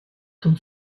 qu’un